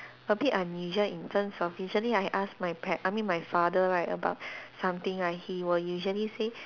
a bit unusual in terms of usually I ask my par~ I mean my father right about something right he will usually say